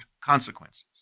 consequences